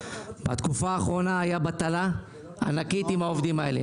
בתקופה האחרונה הייתה בטלה ענקית עם העובדים האלה,